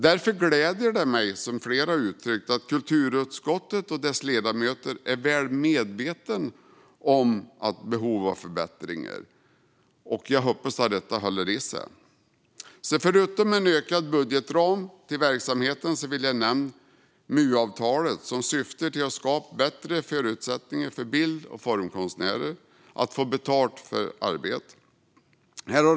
Därför gläder det mig, i likhet med vad flera har uttryckt, att kulturutskottet och dess ledamöter är väl medvetna om behovet av förbättringar. Jag hoppas att detta håller i sig. Förutom en ökad budgetram till verksamheten vill jag nämna MU-avtalet, som syftar till att skapa bättre förutsättningar för bild och formkonstnärer att få betalt för arbete.